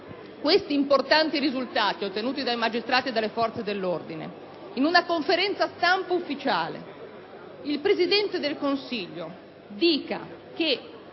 gli importanti risultati ottenuti dai magistrati e dalle forze dell'ordine, in una conferenza stampa ufficiale il Presidente del Consiglio dica che